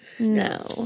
No